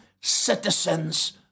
citizens